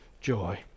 joy